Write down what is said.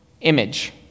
image